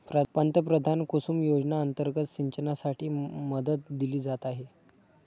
पंतप्रधान कुसुम योजना अंतर्गत सिंचनासाठी मदत दिली जात आहे